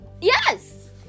yes